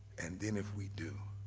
and then if we do,